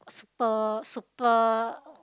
super super